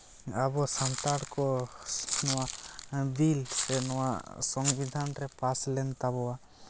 ᱟᱵᱚ ᱥᱟᱱᱛᱟᱲ ᱠᱚ ᱱᱚᱣᱟ ᱵᱤᱞ ᱥᱮ ᱱᱚᱣᱟ ᱥᱚᱝᱵᱤᱫᱷᱟᱱ ᱨᱮ ᱯᱟᱥ ᱞᱮᱱ ᱛᱟᱵᱚᱣᱟ